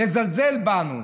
לזלזל בנו,